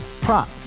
Prop